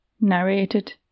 Narrated